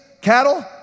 cattle